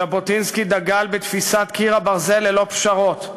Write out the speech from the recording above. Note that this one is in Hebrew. ז'בוטינסקי דגל בתפיסת "קיר הברזל" ללא פשרות.